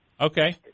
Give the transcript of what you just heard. Okay